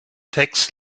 text